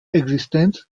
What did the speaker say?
existenz